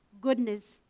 goodness